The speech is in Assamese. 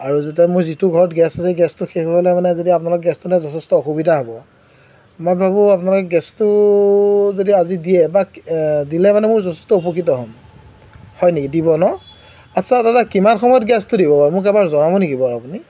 আৰু যেতিয়া মোৰ যিটো ঘৰত গেছ আছে গেছটো শেষ হৈ গ'লে মানে যদি আপোনালোকে গেছটো মানে যথেষ্ট অসুবিধা হ'ব মই ভাবোঁ আপোনালোকে গেছটো যদি আজি দিয়ে বা দিলে মানে মোৰ যথেষ্ট উপকৃত হ'ম হয় নেকি দিব ন আচ্ছা দাদা কিমান সময়ত গেছটো দিব বাৰু মোক এবাৰ জনাব নেকি বাৰু আপুনি